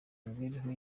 mibereho